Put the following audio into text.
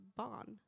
barn